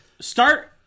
start